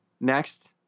next